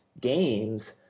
games